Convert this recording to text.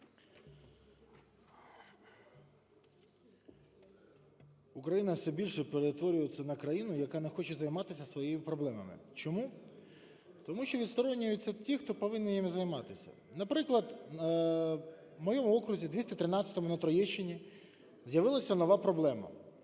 Україна все більше перетворюється на країну, яка не хоче займатися своїми проблемами. Чому? Тому що відсторонюються ті, хто повинні ними займатися. Наприклад, в моєму окрузі 213-му на Троєщині з'явилася нова проблема